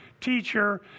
teacher